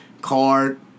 card